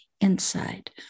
inside